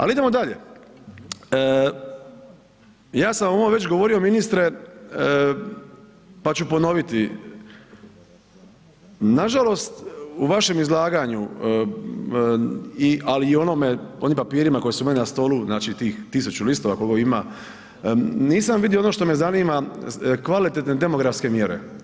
Ali idemo dalje, ja sam o ovome već govorio ministre pa ću ponoviti, nažalost u vašem izlaganju ali i onim papirima koji su meni na stolu, tih tisuću listova koliko ima, nisam vidio ono što me zanima kvalitetne demografske mjere.